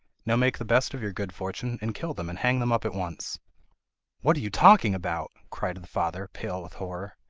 now make the best of your good fortune, and kill them and hang them up at once what are you talking about cried the father, pale with horror.